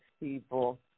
people